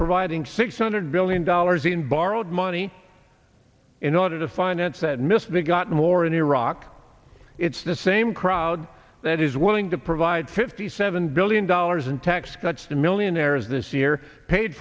providing six hundred billion dollars in borrowed money in order to finance that misbegotten war in iraq it's the same crowd that is willing to provide fifty seven billion dollars in tax cuts to millionaires this year paid